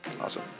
Awesome